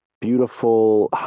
beautiful